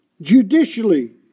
judicially